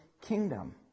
kingdom